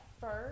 first